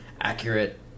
accurate